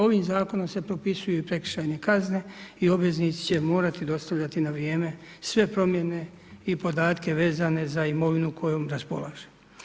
Ovim zakonom se propisuju i prekršajne kazne i obveznici će morati dostavljati na vrijeme sve promjene i podatke vezane za imovinu kojom raspolaže.